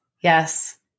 Yes